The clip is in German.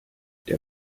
der